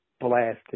blasted